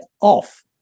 off